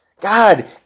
god